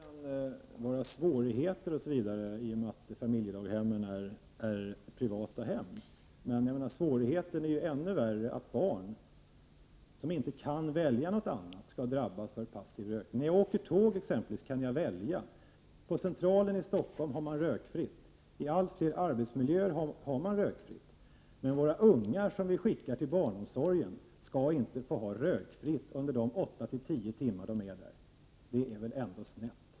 Herr talman! Jag förstår att det kan föreligga svårigheter i och med att familjedaghemmen är privata hem. Men det är ju ännu värre att barn som inte kan välja skall drabbas av passiv rökning. När jag åker t.ex. tåg kan jag välja. Centralstationen i Stockholm är rökfri, och allt fler arbetsmiljöer är rökfria, men våra ungar, som vi skickar till barnomsorgen, skall alltså inte få vistas i en rökfri miljö under de åtta-tio timmar som de vistas i familjedaghem. Det är väl ändå snett?